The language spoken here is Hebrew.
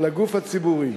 לגוף הציבורי.